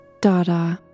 dada